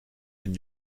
den